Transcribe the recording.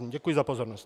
Děkuji za pozornost.